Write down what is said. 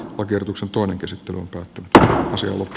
bakertuksen tuon entisen turun taseluvut